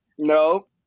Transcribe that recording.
No